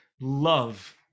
love